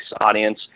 audience